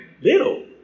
little